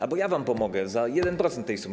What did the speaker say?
Albo ja wam pomogę za 1% tej sumy.